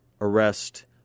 arrest